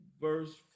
verse